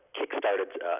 kick-started